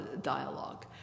dialogue